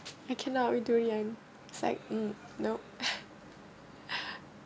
I cannot with durian it's like um no